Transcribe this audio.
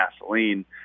gasoline